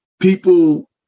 people